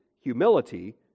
humility